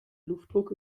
luftdruck